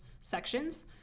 sections